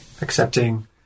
accepting